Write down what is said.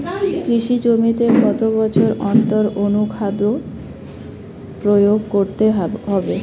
কৃষি জমিতে কত বছর অন্তর অনুখাদ্য প্রয়োগ করতে হবে?